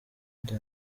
njya